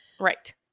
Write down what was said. Right